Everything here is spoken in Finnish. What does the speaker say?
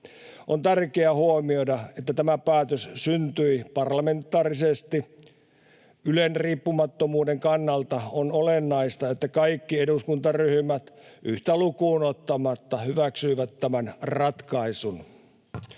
On tärkeää huomioida, että tämä päätös syntyi parlamentaarisesti. Ylen riippumattomuuden kannalta on olennaista, että kaikki eduskuntaryhmät yhtä lukuun ottamatta hyväksyivät tämän ratkaisun.